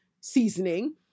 Seasoning